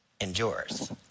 endures